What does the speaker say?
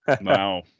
Wow